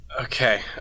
okay